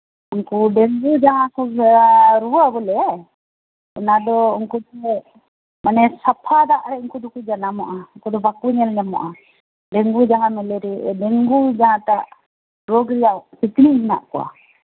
ᱩᱱᱠᱩ ᱰᱮᱝᱜᱩ ᱡᱟᱸᱦᱟᱭ ᱠᱚ ᱨᱩᱣᱟᱹᱜᱼᱟ ᱵᱚᱞᱮ ᱚᱱᱟ ᱫᱚ ᱢᱟᱱᱮ ᱩᱱᱠᱩ ᱫᱚ ᱥᱟᱯᱷᱟ ᱫᱟᱜ ᱨᱮᱠᱚ ᱡᱟᱱᱟᱢᱚᱜᱼᱟ ᱩᱱᱠᱩ ᱫᱚ ᱵᱟᱠᱚ ᱧᱮᱞᱧᱟᱢᱚᱜᱼᱟ ᱰᱮᱝᱜᱩ ᱡᱟᱸᱦᱟᱴᱟᱜ ᱨᱳᱜ ᱨᱮᱭᱟᱜ ᱥᱤᱠᱲᱤᱡ ᱢᱮᱱᱟᱜ ᱠᱚᱣᱟ